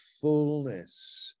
fullness